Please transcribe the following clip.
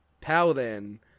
Paladin